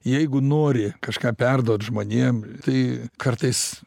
jeigu nori kažką perduot žmonėm tai kartais